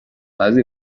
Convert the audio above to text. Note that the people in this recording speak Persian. بعضی